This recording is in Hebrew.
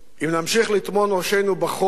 אם נמשיך לטמון את ראשנו בחול,